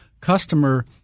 customer –